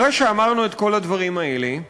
אחרי שאמרנו את כל הדברים האלה,